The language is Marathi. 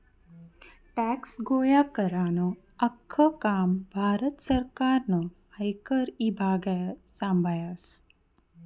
टॅक्स गोया करानं आख्खं काम भारत सरकारनं आयकर ईभाग संभायस